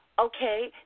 Okay